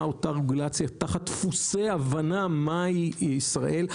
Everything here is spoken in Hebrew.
אותה רגולציה תחת דפוסי הבנה מה היא ישראל,